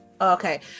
okay